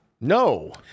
No